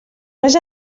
vas